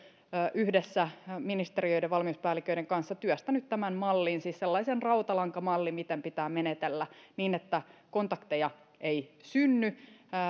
yhdessä ministeriöiden valmiuspäälliköiden kanssa työstänyt mallin siis sellaisen rautalankamallin miten pitää menetellä niin että kontakteja ei synny